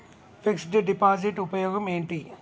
Fix డ్ deposit ఉపయోగం ఏంటి?